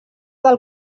del